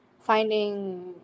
Finding